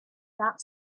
that